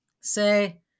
Say